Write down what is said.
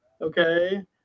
Okay